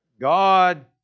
God